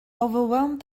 overwhelmed